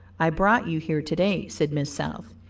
i brought you here to-day, said miss south,